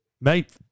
mate